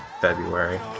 February